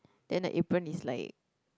then the apron is like